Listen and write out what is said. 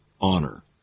honor